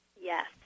Yes